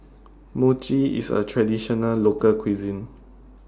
Mochi IS A Traditional Local Cuisine